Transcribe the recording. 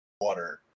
Water